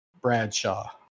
Bradshaw